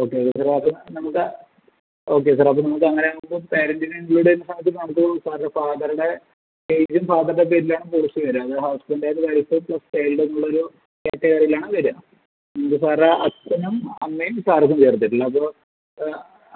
okay നമ്മുക്ക് okay sir അപ്പോൾ നമ്മുക്ക് അങ്ങനെയാണെങ്കിൽ പേരന്റിനെ ഇൻക്ലൂഡ് ചെയ്യുന്ന സാഹചര്യത്തിൽ നമുക്ക് ഫാദർ ഫാദറിൻ്റെ എയ്ജും ഫാദറിൻ്റെ പേരിലാണ് പോളിസിയും വരിക അത് ഹോസ്പിറ്റലിൽ നിന്ന് എന്നൊരു കാറ്റഗറിയിലാണ് വരിക ഉണ്ട് സാറേ അച്ഛനും അമ്മയും സാർക്കും ചേർത്തിട്ടുള്ളത് അപ്പോൾ